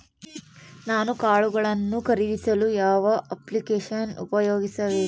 ನಾನು ಕಾಳುಗಳನ್ನು ಖರೇದಿಸಲು ಯಾವ ಅಪ್ಲಿಕೇಶನ್ ಉಪಯೋಗಿಸಬೇಕು?